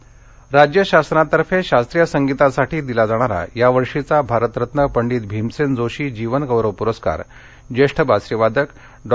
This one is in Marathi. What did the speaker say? परस्कार वितरण राज्य शासनातर्फे शास्त्रीय संगीतासाठी दिला जाणारा यावर्षीचा भारतरत्न पंडित भीमसेन जोशी जीवनगौरव पुरस्कार जेष्ठ बासरीवादक डॉ